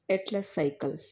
atlas cycle